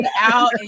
out